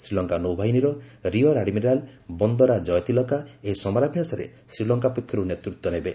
ଶ୍ରୀଲଙ୍କା ନୌବାହିନୀର rear admiral Bandara Kayatilaka ଏହି ସମରାଭ୍ୟାସରେ ଶ୍ରୀଲଙ୍କା ପକ୍ଷରୁ ନେତୃତ୍ୱ ନେବେ